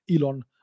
Elon